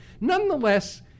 Nonetheless